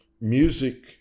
Music